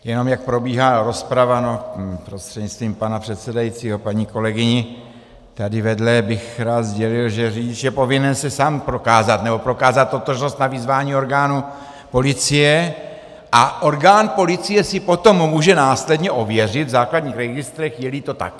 Jenom jak probíhá rozprava prostřednictvím pana předsedajícího paní kolegyni tady vedle bych rád sdělil, že řidič je povinen se sám prokázat, nebo prokázat totožnost na vyzvání orgánů policie a orgán policie si potom může následně ověřit v základních registrech, jeli to tak.